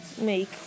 make